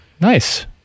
Nice